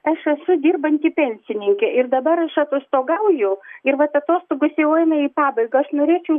aš esu dirbanti pensininkė ir dabar aš atostogauju ir vat atostogos jau eina į pabaigą aš norėčiau